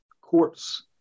courts